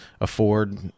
afford